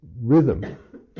rhythm